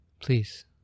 Please